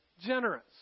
generous